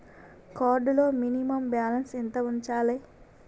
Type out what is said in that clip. Card లో minimum balance ఎంత ఉంచాలే?